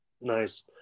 Nice